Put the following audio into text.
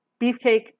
Beefcake